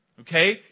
Okay